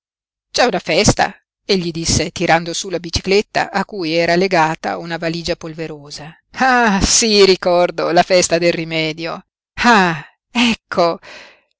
c'è una festa egli disse tirando su la bicicletta a cui era legata una valigia polverosa ah sí ricordo la festa del rimedio ah ecco